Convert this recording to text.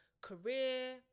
career